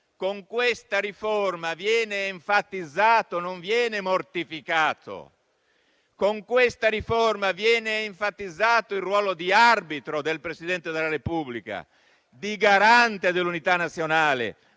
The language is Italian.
con questa riforma viene enfatizzato, non viene mortificato. Con questa riforma viene enfatizzato il ruolo di arbitro del Presidente della Repubblica, di garante dell'unità nazionale